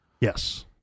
Yes